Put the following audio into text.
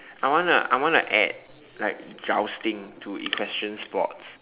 I wanna I wanna add like jousting to equestrian sports